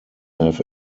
have